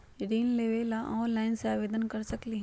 ऋण लेवे ला ऑनलाइन से आवेदन कर सकली?